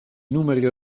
numeri